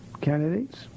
candidates